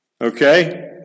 Okay